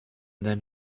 then